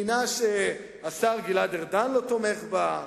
מדינה שהשר גלעד ארדן לא תומך בה,